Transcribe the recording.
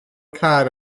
car